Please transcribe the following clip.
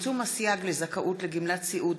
צמצום הסייג לזכאות לגמלת סיעוד),